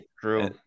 true